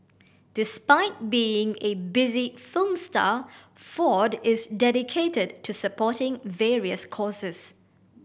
despite being a busy film star Ford is dedicated to supporting various causes